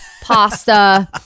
pasta